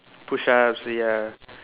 push ups ya